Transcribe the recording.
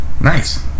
Nice